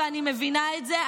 ואני מבינה את זה,